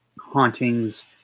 hauntings